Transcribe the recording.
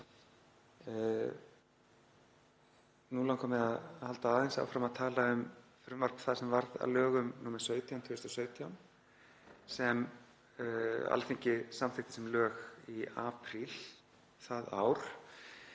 Nú langar mig að halda aðeins áfram að tala um frumvarp það sem varð að lögum nr. 17/2017, sem Alþingi samþykkti sem lög í apríl það ár.